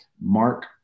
Mark